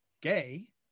gay